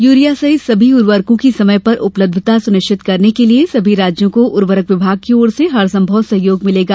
urea सहित सभी उर्वरकों की समय पर उपलब्धता सुनिश्चित करने के लिए सभी राज्यों को उर्वरक विभाग की ओर से हरसंभव सहयोग मिलेगा